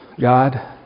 God